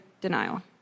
denial